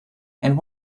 and